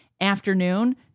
afternoon